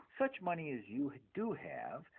such money as you do have,